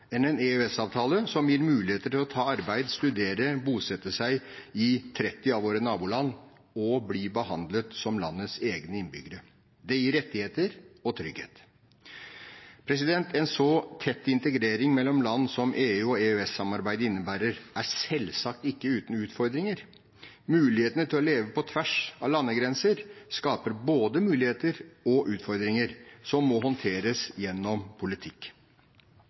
enn en EØS-avtale som gir muligheter til å ta arbeid, studere eller bosette seg i 30 av våre naboland, og bli behandlet som landets egne innbyggere. Det gir rettigheter og trygghet. En så tett integrering mellom land som EU- og EØS-samarbeidet innebærer, er selvsagt ikke uten utfordringer. Mulighetene til å leve på tvers av landegrenser skaper både muligheter og utfordringer som må håndteres gjennom politikk.